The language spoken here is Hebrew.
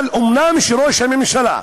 אבל כשראש הממשלה,